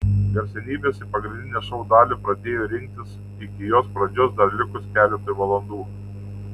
garsenybės į pagrindinę šou dalį pradėjo rinktis iki jos pradžios dar likus keletui valandų